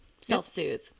Self-soothe